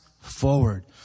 forward